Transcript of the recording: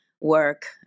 work